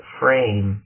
frame